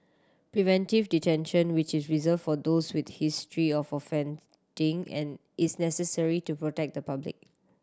preventive detention which is reserve for those with a history of offending and is necessary to protect the public